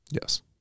Yes